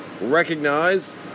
Recognize